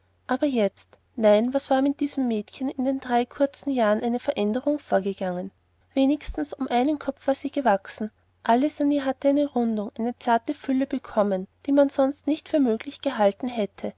aber jetzt nein was war mit diesem mädchen in den kurzen drei jahren eine veränderung vorgegangen wenigstens um einen kopf war sie gewachsen alles an ihr hatte eine rundung eine zarte fülle bekommen die man sonst nicht für möglich gehalten hätte